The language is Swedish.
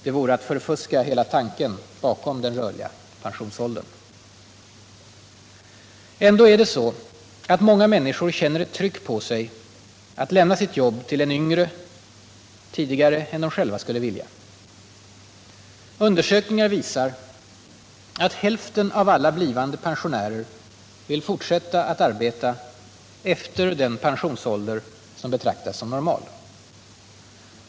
Det vore att förfuska hela tanken bakom den rörliga pensionsåldern. Ändå är det så, att många människor känner ett tryck på sig att lämna sitt jobb till en yngre, tidigare än de själva skulle vilja. Undersökningar visar, att hälften av alla blivande pensionärer vill fortsätta att arbeta efter den pensionsålder som betraktas som normal.